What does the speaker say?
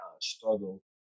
struggle